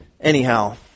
anyhow